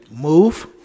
Move